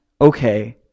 okay